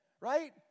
Right